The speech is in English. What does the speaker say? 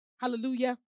Hallelujah